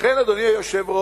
לכן, אדוני היושב-ראש,